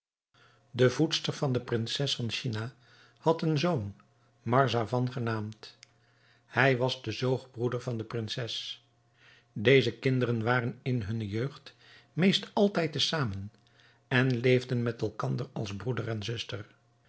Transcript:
de voedster van de prinses van china had een zoon marzavan genaamd hij was de zoogbroeder van de prinses deze kinderen waren in hunne jeugd meest altijd te zamen en leefden met elkander als broeder en zuster